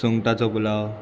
सुंगटाचो पुलांव